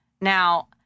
Now